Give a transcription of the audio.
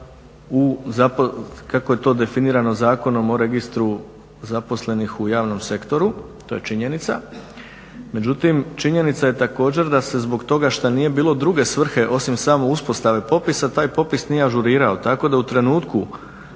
u kako je to definirano Zakonom o registru zaposlenih u javnom sektoru. To je činjenica. Međutim, činjenica je također da se zbog toga šta nije bilo druge svrhe osim samo uspostave popisa taj popis nije ažurirao. Tako da već u trenutku